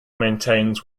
maintains